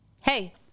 Hey